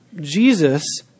Jesus